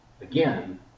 Again